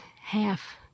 half